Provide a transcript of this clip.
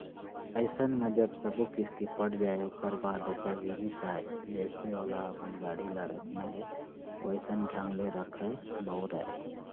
अइसन म जब सब्बो किस्ती पट जाय ओखर बाद ओखर जिनिस आय जइसे ओला अपन गाड़ी ल रखना हे वइसन ढंग ले रखय, बउरय